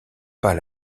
pas